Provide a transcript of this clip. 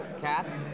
Cat